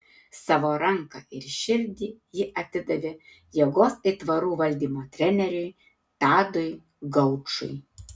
savo ranką ir širdį ji atidavė jėgos aitvarų valdymo treneriui tadui gaučui